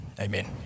Amen